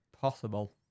Possible